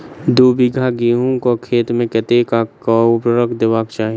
दु बीघा गहूम केँ खेत मे कतेक आ केँ उर्वरक देबाक चाहि?